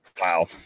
Wow